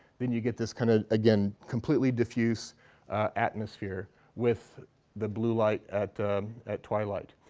then you get this kind of, again, completely diffuse atmosphere with the blue light at at twilight.